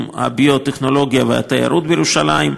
הביו-טכנולוגיה והתיירות בירושלים,